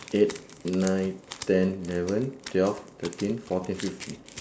eight nine ten eleven twelve thirteen fourteen fifteen